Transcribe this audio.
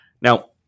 Now